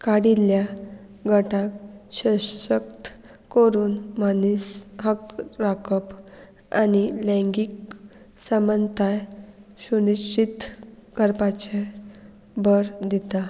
काडिल्ल्या गटाक शशक्त करून मनीस हक राखप आनी लेंगीक समानताय सुनिश्चत करपाचें भर दिता